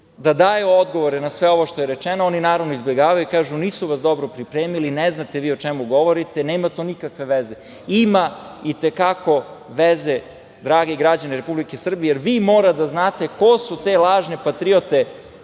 da daju odgovore na sve ovo što je rečeno, oni naravno, izbegavaju i kažu - nisu vas dobro pripremili i ne znate vi o čemu govorite, nema to nikakve veze. Ima i te kako veze, dragi građani Republike Srbije, jer vi morate da znate ko su te lažne patriote